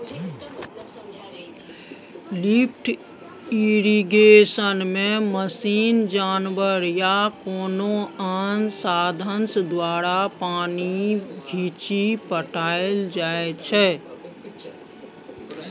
lift इरिगेशनमे machine, जानबर या कोनो आन साधंश द्वारा पानि घीचि पटाएल जाइ छै